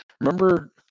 remember